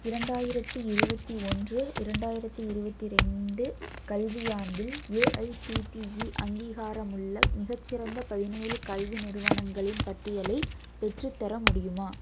இரண்டாயிரத்தி இருபத்தி ஒன்று இரண்டாயிரத்தி இருபத்தி ரெண்டு கல்வியாண்டில் ஏஐசிடிஇ அங்கீகாரமுள்ள மிகச்சிறந்த பதினேழு கல்வி நிறுவனங்களின் பட்டியலை பெற்றுத்தர முடியுமா